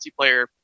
multiplayer